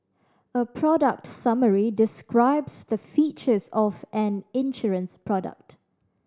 a product summary describes the features of an insurance product